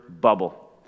bubble